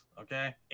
Okay